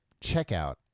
checkout